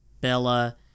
Bella